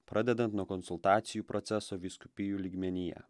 pradedant nuo konsultacijų proceso vyskupijų lygmenyje